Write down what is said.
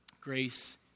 Grace